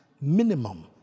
Minimum